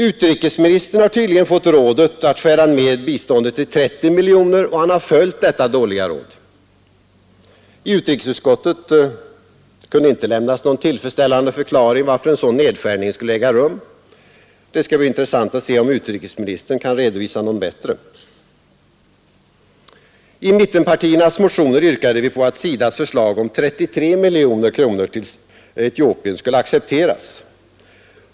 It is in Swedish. Utrikesministern har tydligen fått rådet att skära ned biståndet till 30 miljoner, och han har följt detta dåliga råd. I utrikesutskottet kunde inte lämnas någon tillfredsställande förklaring varför en sådan nedskärning skulle äga rum. Det skall bli intressant att se om utrikesministern kan redovisa någon bättre. I mittenpartiernas motioner yrkade vi på att SIDA:s förslag om 33 miljoner kronor till Etiopien skulle accepteras.